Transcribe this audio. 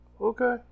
okay